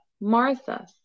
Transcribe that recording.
Martha